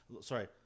Sorry